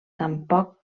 tampoc